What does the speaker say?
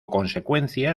consecuencia